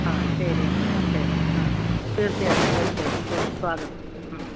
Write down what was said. ആ ശരി എന്നാല് ഓക്കേ ആ തീർച്ചയായിട്ടും തീർച്ചയായിട്ടും പോര് സ്വാഗതം ഉം